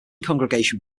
congregation